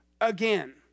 again